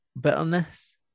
bitterness